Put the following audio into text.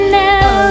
now